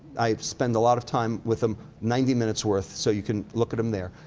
i spend a lot of time with them, ninety minutes worth. so you can look at them there.